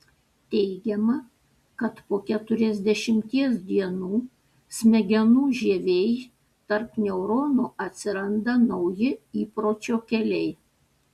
teigiama kad po keturiasdešimties dienų smegenų žievėj tarp neuronų atsiranda nauji įpročio keliai